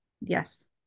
Yes